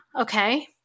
okay